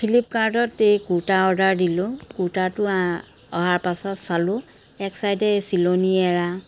Philip কাৰ্টত এই কুৰ্তা অৰ্ডাৰ দিলোঁ কুৰ্তাটো অহাৰ পাছত চালোঁ এক চাইডে চিলনি এৰা